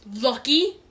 Lucky